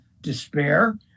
despair